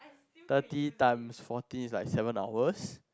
thirty times forty is like seven hours